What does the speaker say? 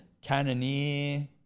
Cannoneer